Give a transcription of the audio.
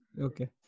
Okay